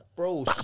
Bro